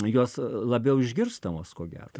jos labiau išgirstamos ko gero